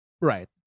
Right